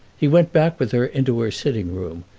he went back with her into her sitting-room,